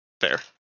Fair